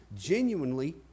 genuinely